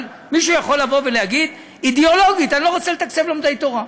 אבל מישהו יכול לבוא ולהגיד: אידיאולוגית אני לא רוצה לתקצב לומדי תורה,